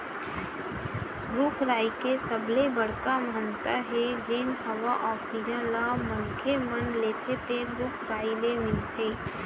रूख राई के सबले बड़का महत्ता हे जेन हवा आक्सीजन ल मनखे मन लेथे तेन रूख राई ले मिलथे